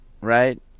right